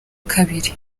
kabiri